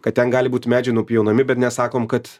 kad ten gali būt medžiai nupjaunami bet nesakom kad